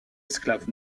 esclaves